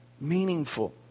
meaningful